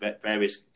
various